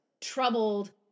troubled